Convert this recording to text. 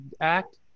act